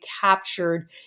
captured